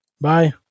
Bye